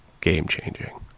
game-changing